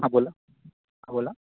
हां बोला बोला